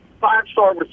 five-star